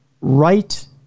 right